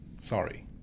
Sorry